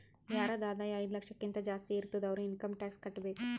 ಯಾರದ್ ಆದಾಯ ಐಯ್ದ ಲಕ್ಷಕಿಂತಾ ಜಾಸ್ತಿ ಇರ್ತುದ್ ಅವ್ರು ಇನ್ಕಮ್ ಟ್ಯಾಕ್ಸ್ ಕಟ್ಟಬೇಕ್